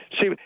see